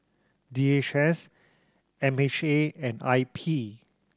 D H S M H A and I P